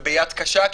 וביד קשה,